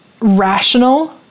rational